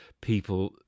people